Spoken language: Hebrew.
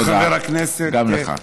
תודה לחבר הכנסת, גם לך.